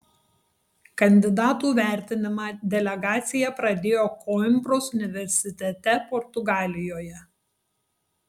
kandidatų vertinimą delegacija pradėjo koimbros universitete portugalijoje